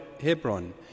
Hebron